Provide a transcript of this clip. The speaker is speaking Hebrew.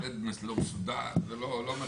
לא מסודר, זה לא מתאים.